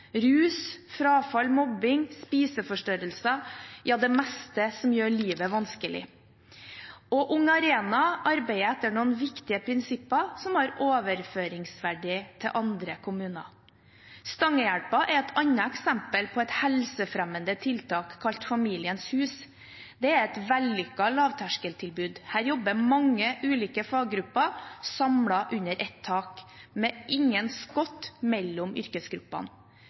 rus, frafall, mobbing, spiseforstyrrelser – ja, det meste som gjør livet vanskelig. Ung Arena arbeider etter noen viktige prinsipper som har overføringsverdi til andre kommuner. Stangehjelpa er et annet eksempel på et helsefremmende tiltak kalt Familiens hus. Det er et vellykket lavterskeltilbud. Der jobber mange ulike faggrupper samlet under ett tak, uten skott mellom yrkesgruppene.